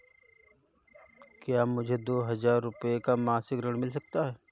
क्या मुझे दो हजार रूपए का मासिक ऋण मिल सकता है?